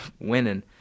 winning